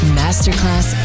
masterclass